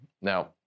Now